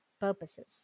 purposes